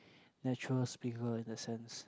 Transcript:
natural speaker in that sense